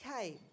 came